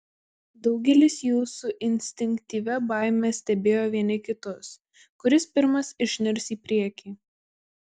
daugelis jų su instinktyvia baime stebėjo vieni kitus kuris pirmas išnirs į priekį